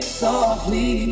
softly